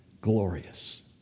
glorious